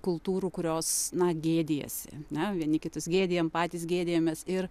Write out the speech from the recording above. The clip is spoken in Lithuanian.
kultūrų kurios na gėdijasi ne vieni kitus gėdijam patys gėdijamės ir